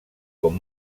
com